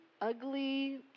ugly